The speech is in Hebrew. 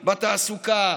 בתעסוקה,